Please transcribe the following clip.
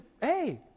hey